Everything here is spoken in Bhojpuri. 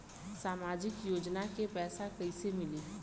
सामाजिक योजना के पैसा कइसे मिली?